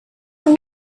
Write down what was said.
are